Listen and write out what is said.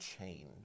change